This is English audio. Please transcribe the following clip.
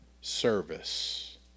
service